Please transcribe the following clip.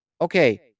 Okay